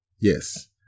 yes